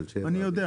תל שבע --- אני יודע,